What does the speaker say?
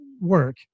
work